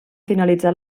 finalitzar